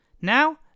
Now